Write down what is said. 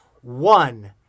one